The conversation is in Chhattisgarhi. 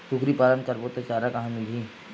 कुकरी पालन करबो त चारा कहां मिलही?